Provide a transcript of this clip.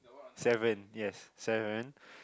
seven yes seven